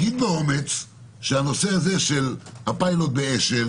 באומץ שהנושא של הפילוט באשל